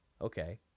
okay